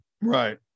Right